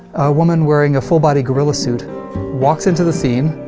a woman wearing a full-body gorilla suit walks into the scene,